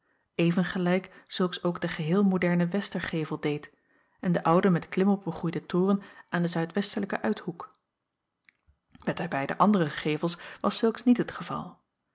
even gelijk zulks ook de geheel moderne westergevel deed en de oude met klimop begroeide toren aan den zuidwestelijken uithoek met de beide andere gevels was zulks niet het geval